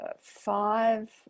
five